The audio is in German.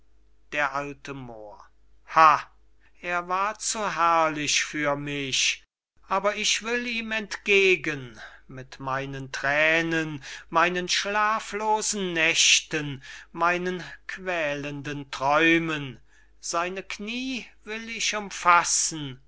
d a moor ha er war zu herrlich für mich aber ich will ihm entgegen mit meinen thränen meinen schlaflosen nächten meinen quälenden träumen seine kniee will ich umfassen